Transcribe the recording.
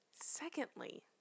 Secondly